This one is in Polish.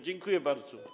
Dziękuję bardzo.